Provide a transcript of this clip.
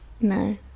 No